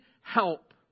help